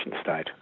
state